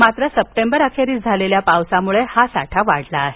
मात्र सप्टेंबर अखेरीस झालेल्या पावसामुळे साठा वाढला आहे